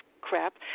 crap